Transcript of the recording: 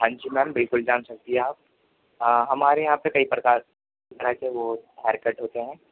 ہان جی میم بالکل جان سکتی ہیں آپ ہمارے یہاں پہ کئی پرکار طرح کے وہ ہیئر کٹ ہوتے ہیں